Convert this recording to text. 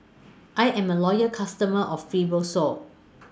I Am A Loyal customer of Fibrosol